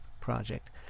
project